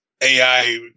AI